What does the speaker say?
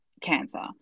cancer